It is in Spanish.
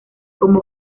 como